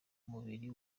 umubiri